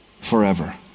forever